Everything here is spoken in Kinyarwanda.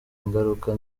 ingaruka